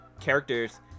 characters